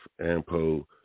Ampo